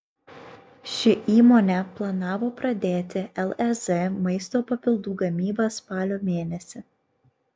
ši įmonė planavo pradėti lez maisto papildų gamybą spalio mėnesį